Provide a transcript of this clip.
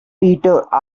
peter